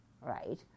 right